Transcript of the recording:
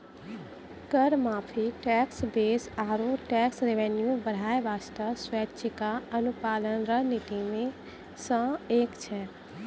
कर माफी, tax base आरो टैक्स रेवेन्यू बढ़ाय बासतें स्वैछिका अनुपालन रणनीति मे सं एक छै